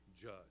judge